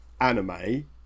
anime